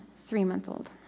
three-month-old